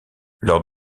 lors